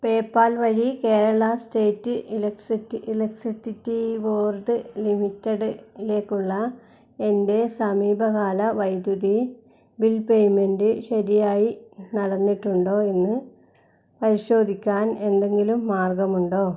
പേ പാൽ വഴി Kerala state electricity board ലിമിറ്റഡിലേക്കുള്ള എൻ്റെ സമീപകാല വൈദ്യുതി ബിൽ പേയ്മെന്റ് ശരിയായി നടന്നിട്ടുണ്ടോ എന്നു പരിശോധിക്കാൻ എന്തെങ്കിലും മാർഗമുണ്ടോ